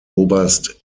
oberst